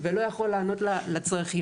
ולא יכול לענות לצרכים.